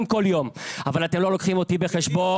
כל יום אבל אתם לא לוקחים אותי בחשבון.